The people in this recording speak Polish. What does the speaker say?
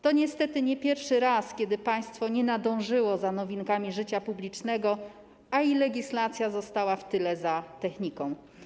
To niestety nie pierwszy raz, kiedy państwo nie nadążyło za nowinkami życia publicznego, a legislacja została w tyle za techniką.